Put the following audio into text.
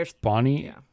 Bonnie